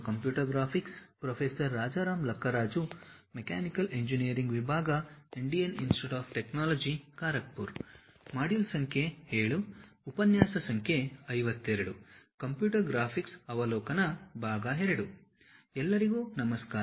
computer ಗ್ರಾಫಿಕ್ಸ್ನ ಅವಲೋಕನ -II ಎಲ್ಲರಿಗೂ ನಮಸ್ಕಾರ